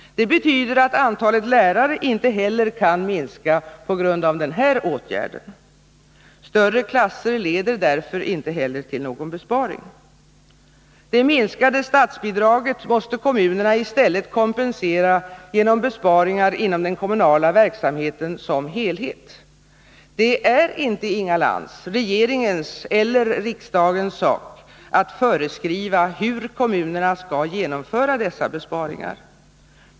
Det betyder att antalet lärare inte heller kan minska på grund av den här åtgärden. Större klasser leder därför inte heller till någon besparing. Det minskade statsbidraget måste kommunerna i stället kompensera genom besparingar inom den kommunala verksamheten som helhet. Det är inte, Inga Lantz, regeringens eller riksdagens sak att föreskriva hur kommunerna skall genomföra dessa besparingar.